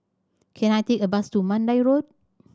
can I take a bus to Mandai Road